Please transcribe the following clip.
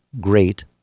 great